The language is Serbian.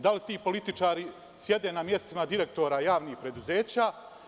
Da li ti političari sede na mestima direktora javnih preduzeća?